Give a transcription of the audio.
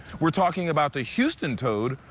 we're talking about the houston toad,